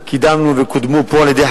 שר הפנים אליהו ישי: אדוני היושב-ראש,